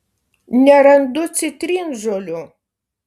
nerandu citrinžolių